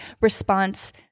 response